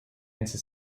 into